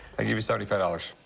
i'll give you seventy five dollars.